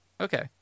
Okay